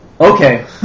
Okay